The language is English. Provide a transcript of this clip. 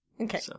Okay